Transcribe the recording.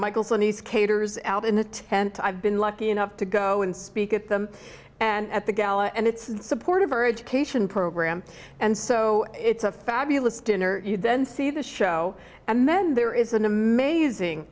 michael so nice caters out in the tent i've been lucky enough to go and speak at them and at the gala and it's support of our education program and so it's a fabulous dinner you then see the show and then there is an amazing